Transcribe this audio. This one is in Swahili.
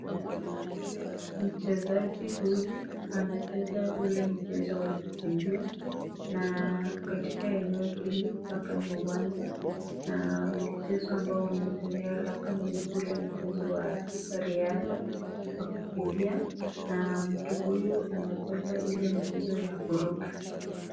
Mchezaji huyu anacheza ule mchezo wa kukimbia na katika eneo hili hapa ni uwanja na mchezo ambao unaoendelea hapa ni ule mchezo wa riadha ya kukimbia na mtu huyu anacheza ile mchezo wa kuruka.